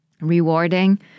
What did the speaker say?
rewarding